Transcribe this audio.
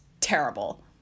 terrible